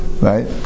right